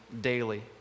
daily